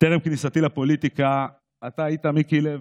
טרם כניסתי לפוליטיקה אתה היית מיקי לוי,